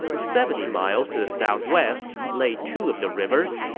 seventy miles to the southwest laid two of the rivers.